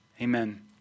amen